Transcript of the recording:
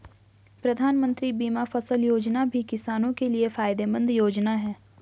प्रधानमंत्री बीमा फसल योजना भी किसानो के लिये फायदेमंद योजना है